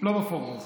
לא בפורום הזה.